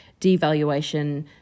devaluation